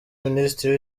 minisitiri